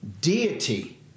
deity